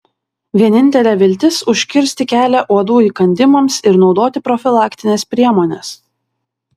vienintelė viltis užkirsti kelią uodų įkandimams ir naudoti profilaktines priemones